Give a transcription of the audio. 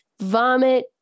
vomit